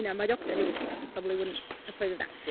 yeah my doctor who was sixty probably wouldn't approve of that.